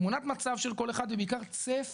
תמונת מצב של כל אחד ובעיקר צפי,